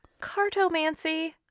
cartomancy